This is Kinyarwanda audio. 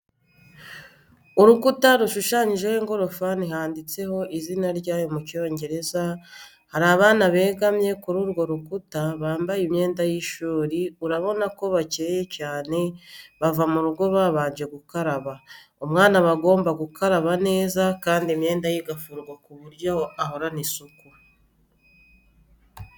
Urukuta rushushanyijeho ingorofani handitseho izina ryayo mu Cyongereza, hari abana begamye kuri urwo rukuta bambaye imyenda y'ishuri urabona ko bacyeye cyane bava mu rugo babanje gukaraba. Umwana aba agomba gukaraba neza kandi imyenda ye igafurwa ku buryo ahorana isuku.